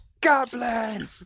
goblin